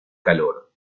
calor